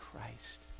Christ